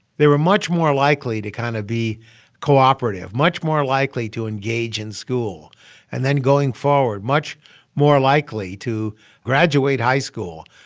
they were much more likely to kind of be cooperative, much more likely to engage in school and then going forward, much more likely to graduate high school,